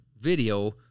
video